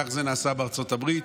כך זה נעשה בארצות הברית